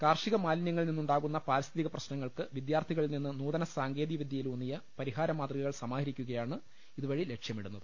കാർഷിക മാലിന്യ ങ്ങളിൽ നിന്നുണ്ടാകുന്ന പാരിസ്ഥിതിക പ്രശ്നങ്ങൾക്ക് വിദ്യാർത്ഥികളിൽ നിന്ന് നൂതന സാങ്കേതിക വിദ്യയിലൂന്നിയ പരിഹാരമാതൃകകൾ സമാഹരിക്കു കയാണ് ഇതുവഴി ലക്ഷ്യമിടുന്നത്